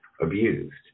abused